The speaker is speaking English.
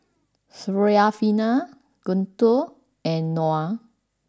Syarafina Guntur and Noah